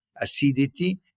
acidity